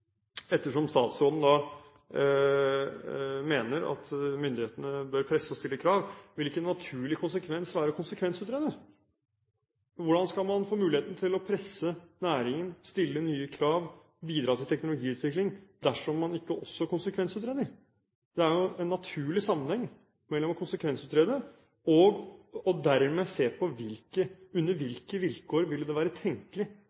Ettersom statsråden mener at myndighetene bør presse på og stille krav, vil ikke en naturlig konsekvens være å konsekvensutrede? Hvordan skal man få muligheten til å presse næringen, stille nye krav, bidra til teknologiutvikling, dersom man ikke også konsekvensutreder? Det er en naturlig sammenheng mellom å konsekvensutrede og dermed se på under hvilke vilkår det ville være tenkelig